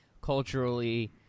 culturally